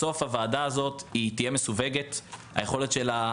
בסוף הוועדה הזאת תהיה מסווגת היכולת שלה,